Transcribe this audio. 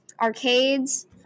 arcades